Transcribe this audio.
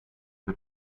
the